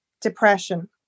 depression